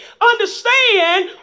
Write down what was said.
understand